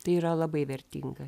tai yra labai vertinga